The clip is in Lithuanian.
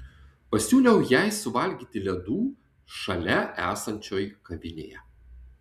pasiūliau jai suvalgyti ledų šalia esančioj kavinėje